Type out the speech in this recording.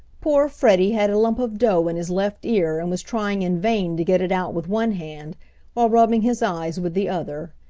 poor freddie had a lump of dough in his left ear and was trying in vain to get it out with one hand while rubbing his eyes with the other.